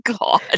god